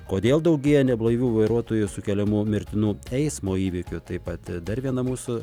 kodėl daugėja neblaivių vairuotojų sukeliamų mirtinų eismo įvykių taip pat dar viena mūsų